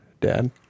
Dad